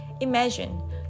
imagine